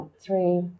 three